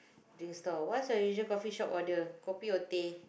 drink stall what's your usual coffeeshop order kopi or teh